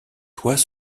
toits